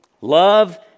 Love